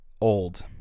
Old